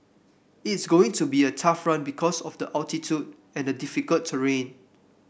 it's going to be a tough run because of the altitude and the difficult terrain